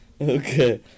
okay